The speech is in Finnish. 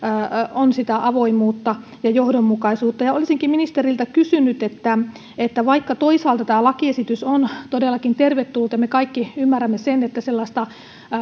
on sitä avoimuutta ja johdonmukaisuutta olisinkin ministeriltä kysynyt vaikka toisaalta tämä lakiesitys on todellakin tervetullut ja me kaikki ymmärrämme sen että